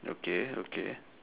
okay okay